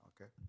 Okay